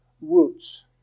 roots